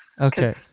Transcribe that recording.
okay